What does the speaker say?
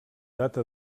data